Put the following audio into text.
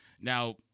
Now